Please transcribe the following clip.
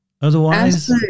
Otherwise